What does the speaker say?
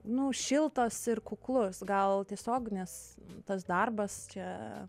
nu šiltas ir kuklus gal tiesiog nes tas darbas čia